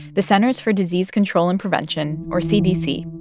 the centers for disease control and prevention, or cdc,